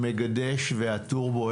המגדש והטורבו,